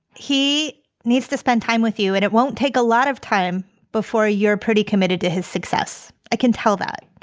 he needs to spend time with you and it won't take a lot of time before you're pretty committed to his success. i can tell that.